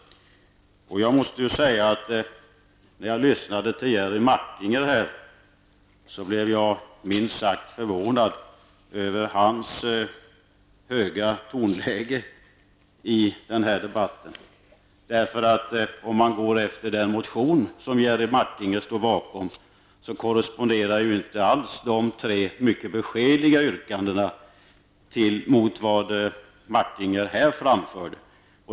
Jag blev minst sagt förvånad över Jerry Martingers höga tonläge i den här debatten. I den motion som Jerry Martinger står bakom korresponderar inte alls de tre mycket beskedliga yrkandena mot vad Jerry Martinger här framförde.